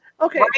Okay